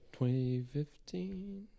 2015